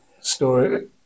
story